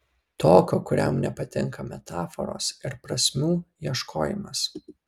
tokio kuriam nepatinka metaforos ir prasmių ieškojimas